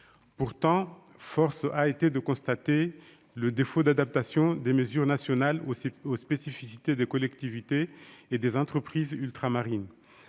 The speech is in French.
Pourtant, force a été de constater le défaut d'adaptation des mesures nationales aux spécificités des collectivités et des entreprises ultramarines.